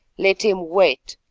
let him wait,